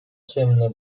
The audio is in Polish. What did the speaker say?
ciemne